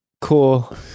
cool